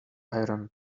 iron